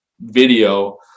video